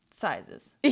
sizes